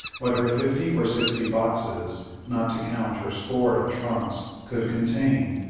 what her fifty or sixty boxes not to count her score of trunks, could contain.